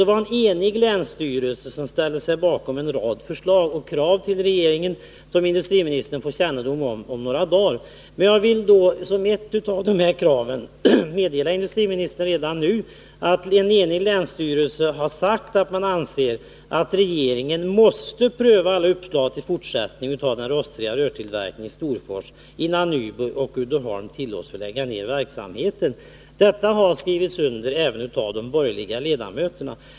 Det var en enig länsstyrelse som ställde sig bakom en rad förslag till regeringen, vilka industriministern om några dagar får kännedom om. Jag vill redan nu meddela industriministern att — och det är ett av dessa krav — en enig länsstyrelse anser att regeringen måste pröva uppslag till fortsättning av tillverkningen av rostfria rör i Storfors, innan Nyby Uddeholm tillåts lägga ner verksamheten. Detta har skrivits under även av de borgerliga ledamöterna.